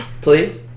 Please